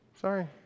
Sorry